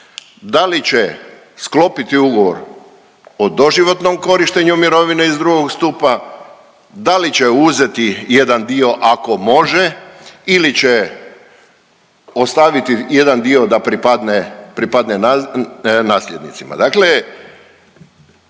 da li će sklopiti ugovor o doživotnom korištenju mirovine iz drugog stupa, da li će uzeti jedan dio ako može ili će ostaviti jedan dio da pripadne nasljednicima.